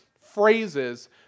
phrases